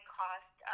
cost